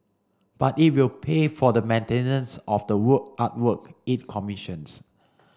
but it will pay for the maintenance of the work artwork it commissions